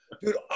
dude